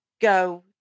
go